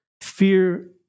Fear